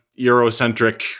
Eurocentric